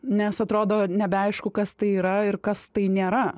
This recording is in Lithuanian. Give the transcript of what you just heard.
nes atrodo nebeaišku kas tai yra ir kas tai nėra